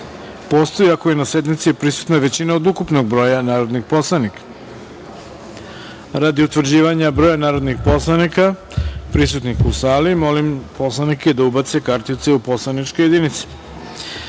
postoji ako je na sednici prisutna većina od ukupnog broja narodnih poslanika. Radi utvrđivanja broja narodnih poslanika prisutnih u sali, molim poslanike da ubace svoje kartice u poslaničke